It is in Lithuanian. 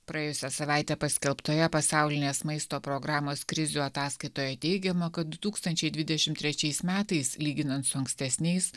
praėjusią savaitę paskelbtoje pasaulinės maisto programos krizių ataskaitoje teigiama kad du tūkstančiai dvidešim trečiais metais lyginant su ankstesniais